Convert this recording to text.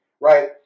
right